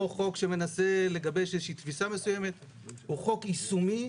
מנסה לגבש איזו שהיא תפיסה מסוימת אלא הוא חוק יישומי,